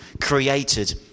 created